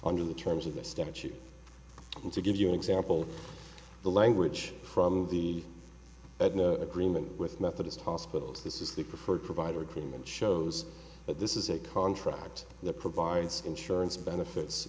under the terms of the statute and to give you an example the language from the agreement with methodist hospitals this is the preferred provider agreement shows that this is a contract that provides insurance benefits